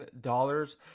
dollars